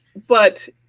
but